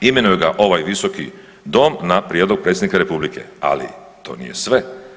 Imenuje ga ovaj Visoki dom na prijedlog predsjednika republike, ali to nije sve.